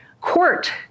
court